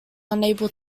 unable